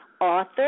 author